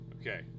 Okay